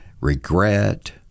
regret